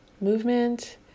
movement